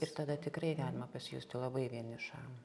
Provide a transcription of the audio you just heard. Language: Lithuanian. ir tada tikrai galima pasijusti labai vienišam